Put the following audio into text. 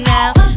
Now